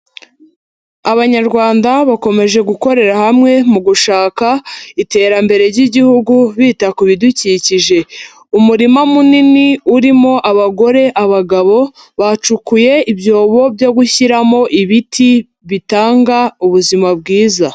Abanyarwanda bakomeje gukorera hamwe mu gushaka iterambere ry'igihugu bita ku bidukikije, umurima munini urimo abagore, abagabo bacukuye ibyobo byo gushyiramo ibiti bitanga ubuzima bwiza.